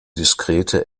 diskrete